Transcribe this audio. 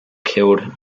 killed